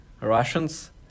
Russians